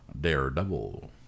Daredevil